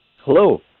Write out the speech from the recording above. Hello